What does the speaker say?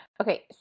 Okay